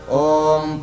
om